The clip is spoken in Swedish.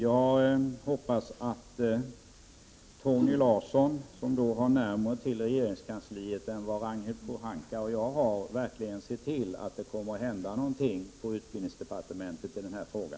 Jag hoppas att Torgny Larsson, som har närmare till regeringskansliet än Ragnhild Pohanka och jag, verkligen ser till att det kommer att hända någonting på utbildningsdepartementet i denna fråga.